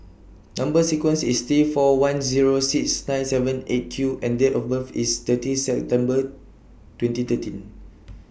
Number sequence IS T four one Zero six nine seven eight Q and Date of birth IS thirty September twenty thirteen